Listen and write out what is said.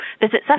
visit